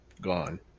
gone